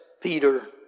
Peter